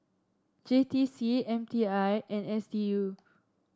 J T C M T I and S D U